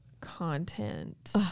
content